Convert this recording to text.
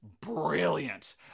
brilliant